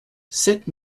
sept